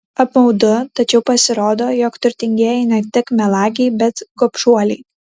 apmaudu tačiau pasirodo jog turtingieji ne tik melagiai bet gobšuoliai